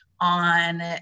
on